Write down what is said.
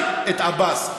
הוא מוטט אולי את עבאס.